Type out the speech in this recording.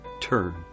turn